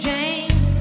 James